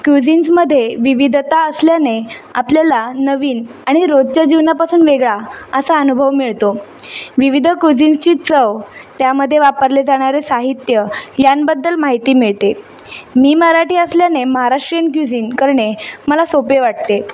क्यूझिन्समध्ये विविधता असल्याने आपल्याला नवीन आणि रोजच्या जीवनापासून वेगळा असा अनुभव मिळतो विविध क्यूजिन्सची चव त्यामदे वापरले जाणारे साहित्य यांबद्दल माहिती मिळते मी मराठी असल्याने महाराष्ट्रीयन क्यूझिन करणे मला सोपे वाटते